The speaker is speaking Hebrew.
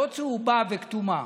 לא צהובה וכתומה,